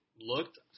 looked